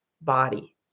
body